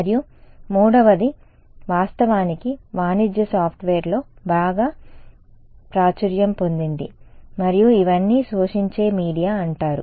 మరియు మూడవది వాస్తవానికి వాణిజ్య సాఫ్ట్వేర్లో బాగా ప్రాచుర్యం పొందింది మరియు ఇవన్నీ శోషించే మీడియా అంటారు